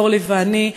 אורלי ואני,